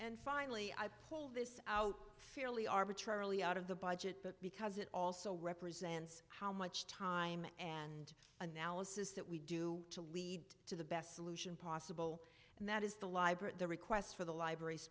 and finally i pulled this out fairly arbitrarily out of the budget but because it also represents how much time and analysis that we do to lead to the best solution possible and that is the library the request for the librar